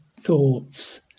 thoughts